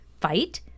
fight